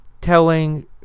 telling